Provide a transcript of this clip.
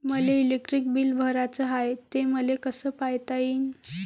मले electric bill भराचं हाय, ते मले कस पायता येईन?